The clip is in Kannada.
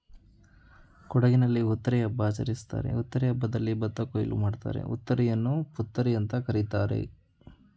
ಕೊಡಗಿನಲ್ಲಿ ಹುತ್ತರಿ ಹಬ್ಬ ಆಚರಿಸ್ತಾರೆ ಹುತ್ತರಿ ಹಬ್ಬದಲ್ಲಿ ಭತ್ತ ಕೊಯ್ಲು ಮಾಡ್ತಾರೆ ಹುತ್ತರಿಯನ್ನು ಪುತ್ತರಿಅಂತ ಕರೀತಾರೆ